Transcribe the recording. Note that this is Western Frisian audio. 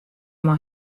mei